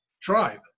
tribe